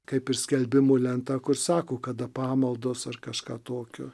kaip ir skelbimų lenta kur sako kada pamaldos ar kažką tokio